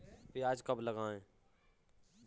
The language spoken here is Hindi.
प्याज कब लगाएँ?